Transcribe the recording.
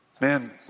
Man